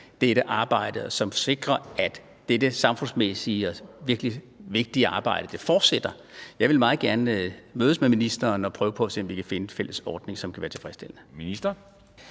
dette arbejde, og som sikrer, at dette samfundsmæssigt virkelig vigtige arbejde fortsætter? Jeg vil meget gerne mødes med ministeren og prøve på at se, om vi kan finde en fælles ordning, som kan være tilfredsstillende.